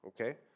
Okay